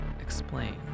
explain